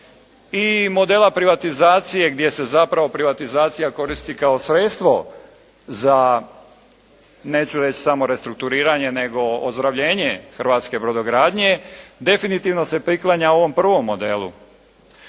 i modela privatizacije gdje se zapravo privatizacija koristi kao sredstvo za neću reći samo restrukturiranje, nego ozdravljenje hrvatske brodogradnje definitivno se priklanja ovom prvom modelu.